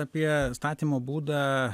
apie statymo būdą